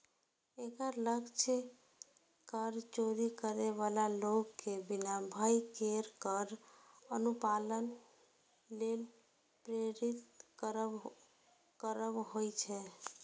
एकर लक्ष्य कर चोरी करै बला लोक कें बिना भय केर कर अनुपालन लेल प्रेरित करब होइ छै